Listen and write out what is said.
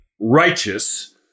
righteous